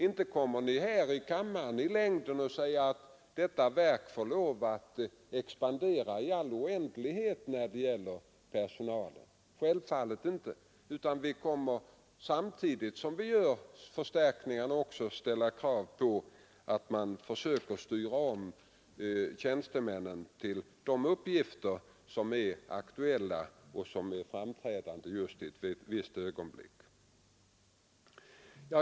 Inte kommer vi här i kammaren i längden att tillåta detta verk att expandera i all oändlighet i fråga om personal — självfallet inte. Samtidigt som vi gör förstärkningar, kommer vi att ställa krav på att man försöker styra om tjänstemännen till de uppgifter som är aktuella och framträdande i ett visst ögonblick.